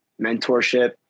mentorship